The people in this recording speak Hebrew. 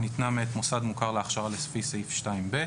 ניתנה מאת מוסד מוכר להכשרה לפי סעיף 2ב,